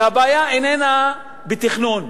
שהבעיה איננה בתכנון.